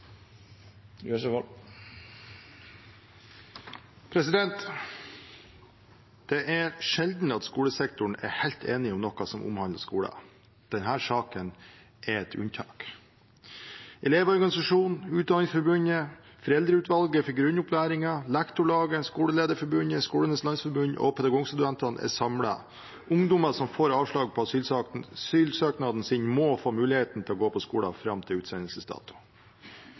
Det er sjelden at skolesektoren er helt enig om noe som omhandler skolen. Denne saken er et unntak. Elevorganisasjonen, Utdanningsforbundet, Foreldreutvalget for grunnopplæringen, Lektorlaget, Skolelederforbundet, Skolenes landsforbund og Pedagogstudentene er samlet: Ungdommer som får avslag på asylsøknaden sin, må få mulighet til å gå på skole fram til utsendelsesdato.